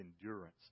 endurance